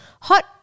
hot